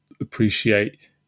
appreciate